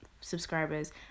subscribers